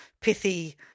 pithy